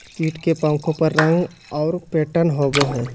कीट के पंखों पर रंग और पैटर्न होबो हइ